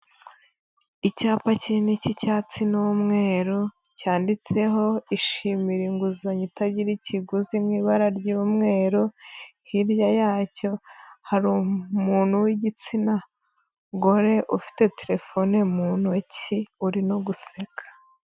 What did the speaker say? Icyapa kinini cy'icyatsi n'umweru, cyanditseho ishimire inguzanyo itagira ikiguzi mu ibara ry'umweru, hirya yacyo hari umuntu w'igitsina gore ufite terefone mu ntoki, urimo guseka.